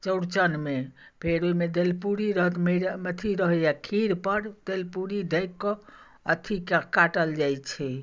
चौड़चनमे फेर ओहिमे दालि पूड़ी रहत अथी रहैए खीरपर दालि पूड़ी ढँकि कऽ अथी कऽ काटल जाइत छै